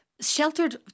sheltered